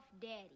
daddy